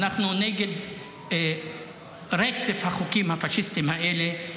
אנחנו נגד רצף החוקים הפשיסטיים האלה,